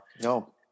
no